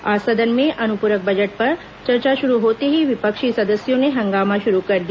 आज सदन में अनुपरक बजट पर चर्चा शुरू होते ही विपक्षी सदस्यों ने हंगामा शुरू कर दिया